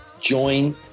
Join